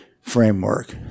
framework